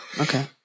Okay